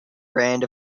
brand